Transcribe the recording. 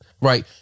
right